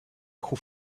who